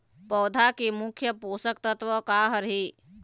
पौधा के मुख्य पोषकतत्व का हर हे?